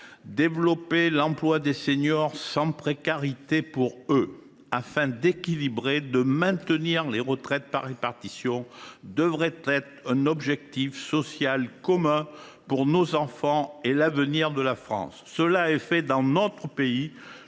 développer l’emploi des seniors sans précarité pour eux, afin d’équilibrer le régime et de maintenir les retraites par répartition, devrait être un objectif social commun pour nos enfants et l’avenir de la France. Cet objectif est visé par notre pays.